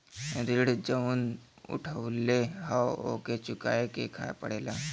ऋण जउन उठउले हौ ओके चुकाए के पड़ेला